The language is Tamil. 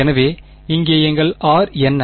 எனவே இங்கே எங்கள் r என்ன